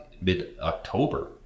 mid-October